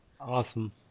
Awesome